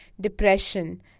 depression